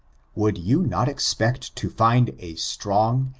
would you not expect to find a strong,